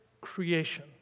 creation